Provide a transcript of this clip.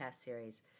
series